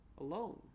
alone